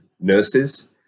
nurses